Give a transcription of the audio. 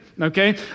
okay